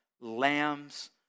Lamb's